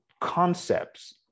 concepts